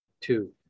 Two